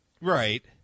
Right